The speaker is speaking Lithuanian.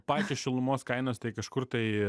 pačios šilumos kainos tai kažkur tai